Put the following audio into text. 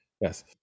Yes